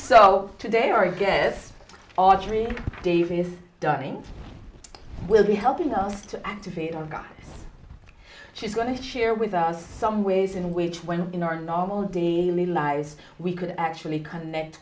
so today our guest audrey davis dying will be helping us to activate our god she's going to share with us some ways in which when in our normal daily lies we could actually connect